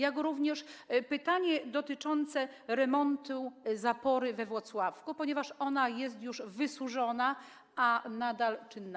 Mam również pytanie dotyczące remontu zapory we Włocławku, ponieważ ona jest już wysłużona, a nadal czynna.